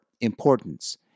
importance